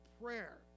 prayer